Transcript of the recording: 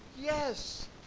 yes